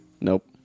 Nope